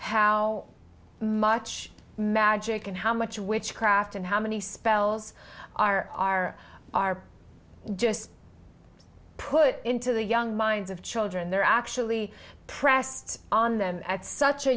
no much magic and how much witchcraft and how many spells are are are just put into the young minds of children they're actually pressed on them at such a